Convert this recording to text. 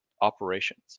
operations